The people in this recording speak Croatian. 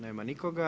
Nema nikoga.